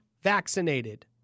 vaccinated